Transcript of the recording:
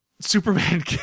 Superman